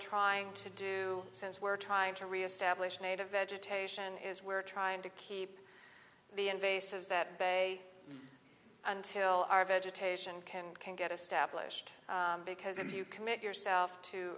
trying to do since we're trying to reestablish native vegetation is we're trying to keep the invasive that bay until our vegetation can get established because if you commit yourself to